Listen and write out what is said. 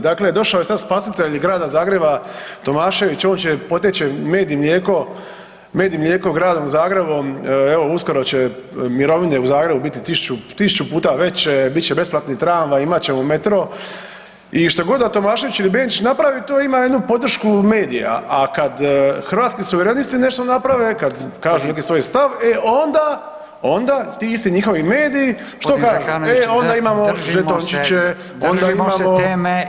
Dakle, došao je sad spasitelj Grada Zagreba Tomašević, on će, poteč će med i mlijeko, med i mlijeko Gradom Zagrebom evo uskoro će mirovine u Zagrebu biti 1000 puta veće, bit će besplatni tramvaj, imat ćemo metro i što god da Tomašević ili Benčić napravi to ima jednu podršku medija, a kad Hrvatski suverenisti nešto naprave kad kažu neki svoj stav, e onda, onda ti isti njihovi mediji što kažu [[Upadica: Gospodin Zekanović držimo se, držimo se teme.]] e onda imamo žetončiće, onda imamo